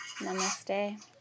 Namaste